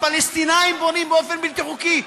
הפלסטינים בונים באופן בלתי חוקי.